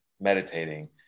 meditating